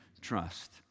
trust